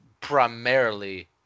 primarily